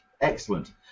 Excellent